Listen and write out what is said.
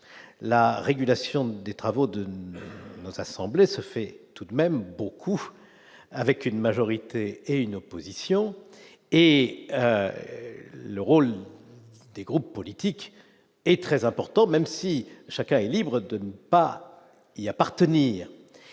la régulation des travaux de nos assemblées se fait tout de même beaucoup avec une majorité et une opposition. Et le rôle des groupes politiques et très important, même si chacun est libre de ne pas y y appartenir